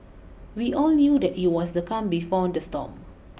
we all knew that it was the calm before the storm